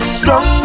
strong